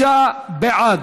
35 בעד,